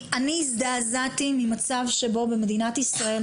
הזדעזעתי ממצב שבו במדינת ישראל,